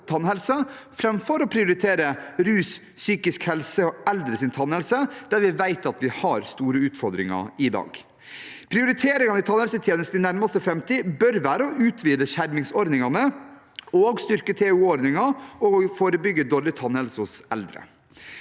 personer med rus- og psykisk helse-lidelser og eldre, der vi vet at vi har store utfordringer i dag. Prioriteringene i tannhelsetjenesten i nærmeste framtid bør være å utvide skjermingsordningene, å styrke TOO-ordningen og å forebygge dårlig tannhelse hos eldre.